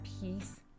peace